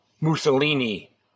Mussolini